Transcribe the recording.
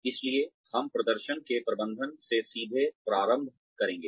इसलिए हम प्रदर्शन के प्रबंधन से सीधे प्रारंभ करेंगे